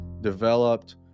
developed